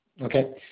Okay